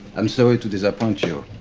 i'm sorry to disappoint you.